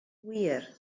wir